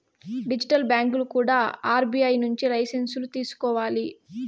digital బ్యాంకులు కూడా RBI నుంచి లైసెన్సులు తీసుకోవాలి